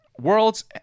Worlds